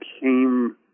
came